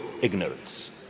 ignorance